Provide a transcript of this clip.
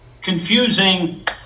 confusing